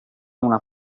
una